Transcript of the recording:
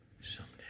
someday